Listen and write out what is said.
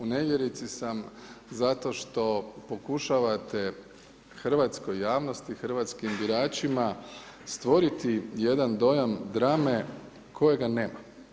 U nevjerici sam zato što pokušavate hrvatskoj javnosti, hrvatskim biračima stvoriti jedan dojam drame kojega nema.